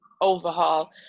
overhaul